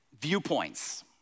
viewpoints